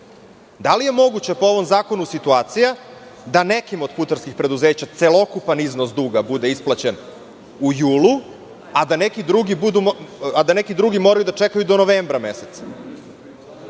Da li je moguća po ovom zakonu situacija da nekim od putarskih preduzeća celokupan iznos duga bude isplaćen u julu, a da neki drugi moraju da čekaju do novembra meseca?